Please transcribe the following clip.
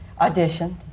Auditioned